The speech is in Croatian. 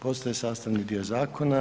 Postaje sastavni dio zakona.